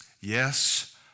Yes